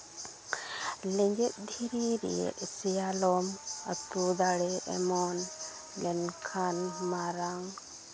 ᱞᱮᱸᱡᱮᱛ ᱫᱷᱤᱨᱤ ᱨᱮ ᱥᱮᱭᱟᱞᱚᱢ ᱟᱹᱛᱩ ᱫᱟᱲᱮ ᱮᱢᱚᱱ ᱞᱮᱱᱠᱷᱟᱱ ᱢᱟᱨᱟᱝ